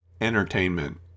entertainment